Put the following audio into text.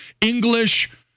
English